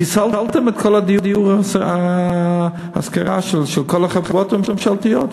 חיסלתם את כל הדיור להשכרה של כל החברות הממשלתיות.